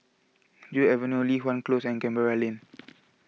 Joo Avenue Li Hwan Close and Canberra Lane